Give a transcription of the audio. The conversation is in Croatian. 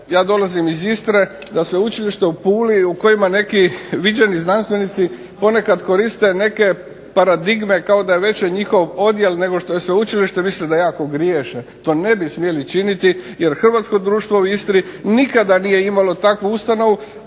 ja dolazim iz Istre, da sveučilište u Puli, u kojima neki viđeni znanstvenici ponekad koriste neke paradigme, kao da je veći njihov odjel nego što je sveučilište, mislim da jako griješe, to ne bi smjeli činiti, jer hrvatsko društvo u Istri nikada nije imalo takvu ustanovu,